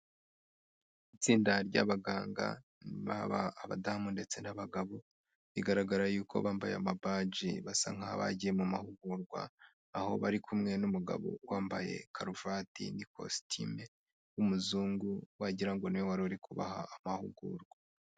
Itsinda ry'abaganga baba abadamu ndetse n'abagabo bigaragara yuko bambaye amabaji, basa nk'aho bagiye mu mahugurwa, aho bari kumwe n'umugabo wambaye karuvati n'ikositime w'umuzungu, wagira ngo ni we wari uri kubaha amahugurwa.